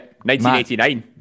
1989